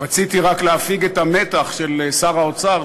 רציתי רק להפיג את המתח של שר האוצר,